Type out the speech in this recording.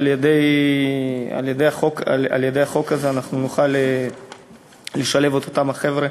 על-ידי החוק הזה אנחנו נוכל לשלב את אותם חבר'ה.